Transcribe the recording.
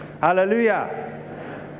Hallelujah